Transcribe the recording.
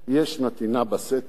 יש נתינה בסתר.